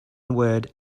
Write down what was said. word